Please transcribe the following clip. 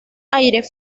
aires